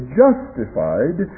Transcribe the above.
justified